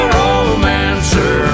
romancer